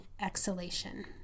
exhalation